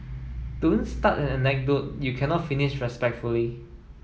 don't start an anecdote you cannot finish respectfully